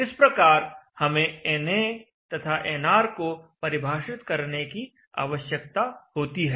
इस प्रकार हमें na तथा nr को परिभाषित करने की आवश्यकता होती है